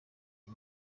iki